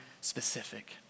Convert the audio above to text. specific